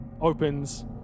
Opens